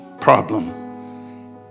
problem